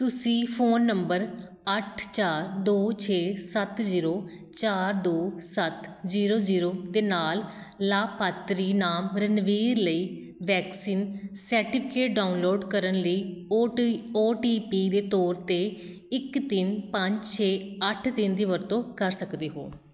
ਤੁਸੀਂ phone number ਅੱਠ ਚਾਰ ਦੋ ਛੇ ਸੱਤ ਜ਼ੀਰੋ ਚਾਰ ਦੋ ਸੱਤ ਜ਼ੀਰੋ ਜ਼ੀਰੋ ਦੇ ਨਾਲ ਲਾਭਪਾਤਰੀ ਨਾਮ ਰਣਬੀਰ ਲਈ ਵੈਕਸੀਨ ਸਰਟੀਫਿਕੇਟ ਡਾਊਨਲੋਡ ਕਰਨ ਲਈ O T O T P ਦੇ ਤੌਰ 'ਤੇ ਇੱਕ ਤਿੰਨ ਪੰਜ ਛੇ ਅੱਠ ਤਿੰਨ ਦੀ ਵਰਤੋਂ ਕਰ ਸਕਦੇ ਹੋ